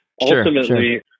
ultimately